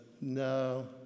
no